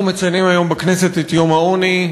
אנחנו מציינים היום בכנסת את יום העוני,